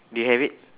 do you have it